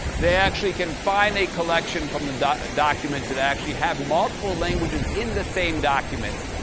they actually can find a collection from the documents that actually have multiple languages in the same documents,